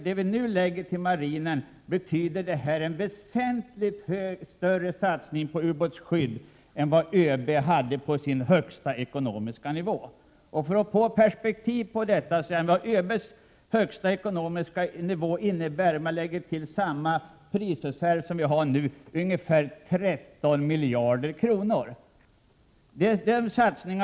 Det vi nu lägger till marinen innebär väsentligt större satsningar på ubåtsskyddet än vad ÖB hade på sin högsta ekonomiska nivå. För att få perspektiv på detta kan jag nämna att ÖB:s högsta ekonomiska nivå var med samma prisreserv ungefär 13 miljarder kronor över ”grundnivån”.